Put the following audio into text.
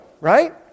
right